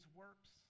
works